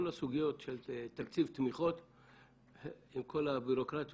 כל הסוגיות של תקציב תמיכות עם כל הבירוקרטיה,